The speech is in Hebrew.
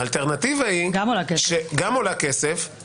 והיא גם עולה כסף,